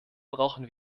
brauchen